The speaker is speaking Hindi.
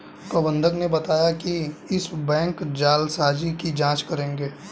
प्रबंधक ने बताया कि वो इस बैंक जालसाजी की जांच करेंगे